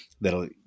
that'll